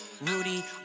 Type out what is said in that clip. Rudy